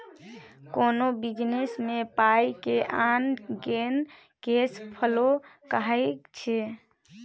कोनो बिजनेस मे पाइ के आन गेन केस फ्लो कहाइ छै